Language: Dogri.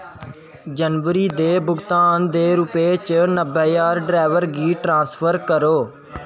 जनवरी दे भुगतान दे रूपै च नब्बै ज्हार ड्रैवर गी ट्रांसफर करो